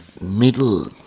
middle